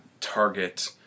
target